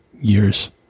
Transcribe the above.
years